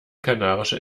kanarische